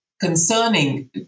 concerning